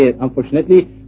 unfortunately